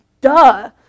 duh